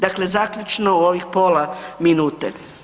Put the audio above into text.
Dakle, zaključno u ovih pola minute.